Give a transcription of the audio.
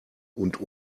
und